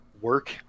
work